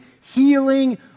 healing